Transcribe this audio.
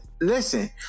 Listen